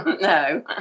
No